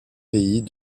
pays